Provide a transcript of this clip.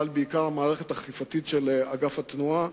אבל בעיקר עם המערכת האכיפתית של אגף התנועה,